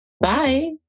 Bye